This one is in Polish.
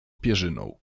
pierzyną